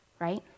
Right